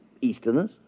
Easterners